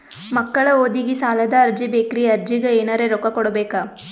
ಮಕ್ಕಳ ಓದಿಗಿ ಸಾಲದ ಅರ್ಜಿ ಬೇಕ್ರಿ ಅರ್ಜಿಗ ಎನರೆ ರೊಕ್ಕ ಕೊಡಬೇಕಾ?